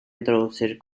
introducir